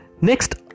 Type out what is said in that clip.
next